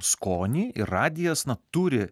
skonį ir radijas na turi